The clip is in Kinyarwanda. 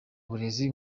burezi